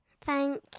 Thank